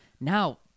Now